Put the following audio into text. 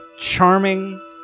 charming